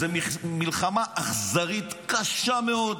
זו מלחמה אכזרית, קשה מאוד,